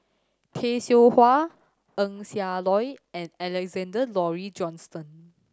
Tay Seow Huah Eng Siak Loy and Alexander Laurie Johnston